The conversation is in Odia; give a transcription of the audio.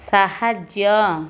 ସାହାଯ୍ୟ